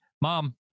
mom